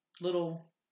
little